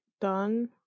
done